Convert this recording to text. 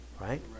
right